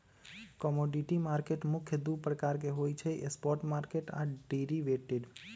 commodity market मुख्य दु प्रकार के होइ छइ स्पॉट मार्केट आऽ डेरिवेटिव